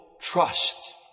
trust